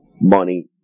money